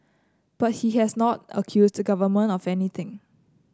but he has not accused the Government of anything